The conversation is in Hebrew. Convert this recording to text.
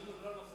תחזור על הסיכום